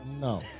No